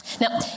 Now